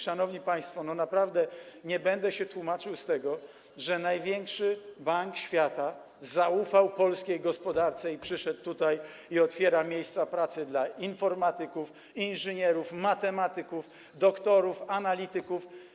Szanowni państwo, naprawdę nie będę się tłumaczył z tego, że największy bank świata zaufał polskiej gospodarce i przyszedł tutaj, i otwiera miejsca pracy dla informatyków, inżynierów, matematyków, doktorów, analityków.